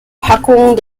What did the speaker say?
packung